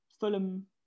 Fulham